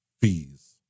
fees